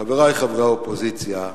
חברי חברי האופוזיציה,